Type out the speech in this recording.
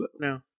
no